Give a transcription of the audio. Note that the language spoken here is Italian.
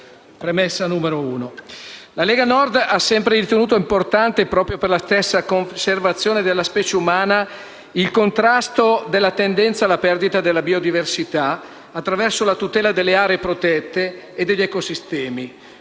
premessa. La Lega Nord ha sempre ritenuto importante, per la stessa conservazione della specie umana, il contrasto della tendenza alla perdita della biodiversità attraverso la tutela delle aree protette e degli ecosistemi.